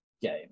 game